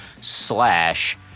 slash